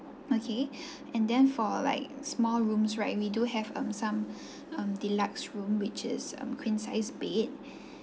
okay and then for like small rooms right we do have um some um deluxe room which is um queen size bed